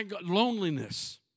loneliness